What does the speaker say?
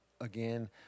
again